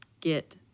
get